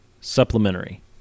supplementary